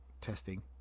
testing